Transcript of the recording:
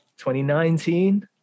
2019